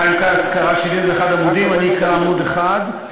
חיים כץ קרא 71 עמודים, אני אקרא עמוד אחד.